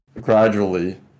gradually